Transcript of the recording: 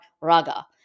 Raga